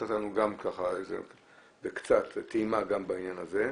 נתת לנו טעימה גם בעניין הזה.